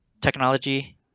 technology